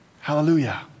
Hallelujah